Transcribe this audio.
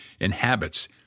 inhabits